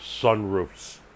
sunroofs